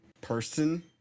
person